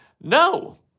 No